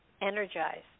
energized